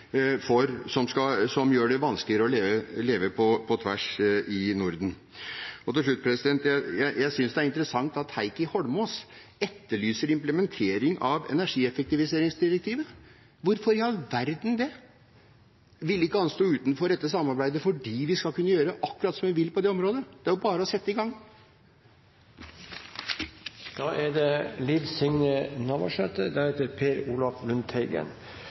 som gjør det vanskeligere å leve på tvers i Norden? Til slutt: Jeg synes det er interessant at Heikki Holmås etterlyser implementering av energieffektiviseringsdirektivet. Hvorfor i all verden det? Ville ikke han stå utenfor dette samarbeidet fordi vi skal kunne gjøre akkurat som vi vil på det området? Det er jo bare å sette i gang. Representanten Liv Signe Navarsete